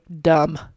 dumb